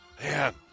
Man